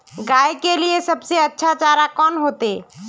गाय के लिए सबसे अच्छा चारा कौन होते?